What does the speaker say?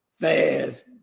fast